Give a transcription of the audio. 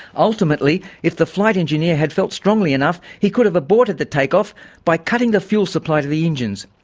ultimately, if the flight engineer had felt strongly enough, he could have aborted the take off by cutting the fuel supply to the engines.